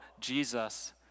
Jesus